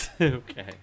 Okay